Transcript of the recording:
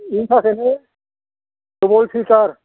बिनि थाखायनो डाबोल फिलटार